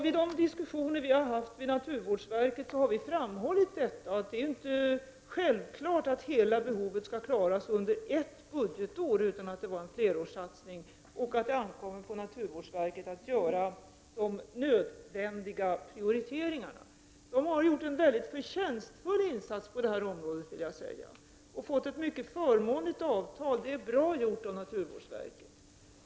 I de diskussioner vi har fört med naturvårdsverket har vi framhållit att det inte är självklart att hela behovet skall klaras av under ett budgetår, utan att det var fråga om en flerårssatsning och att det ankommer på naturvårdsverket att göra de nödvändiga prioriteringarna. Naturvårdsverket har enligt min mening gjort en mycket förtjänstfull insats på detta område och fått ett mycket förmånligt avtal. Det är bra gjort av naturvårdsverket.